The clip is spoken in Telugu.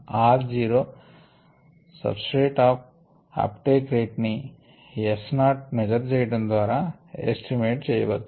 r 0 substrate up take rate ని S నాట్ మెజర్ చేయడం ద్వారా ఎస్టిమేట్ చేయవచ్చు